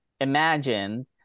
imagined